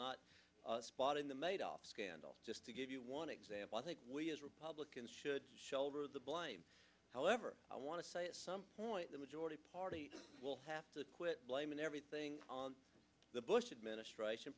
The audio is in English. not spotting the made up scandal just to give you one example i think we as republicans should shoulder the blame however i want to say at some point the majority party will have to quit blaming everything on the bush administration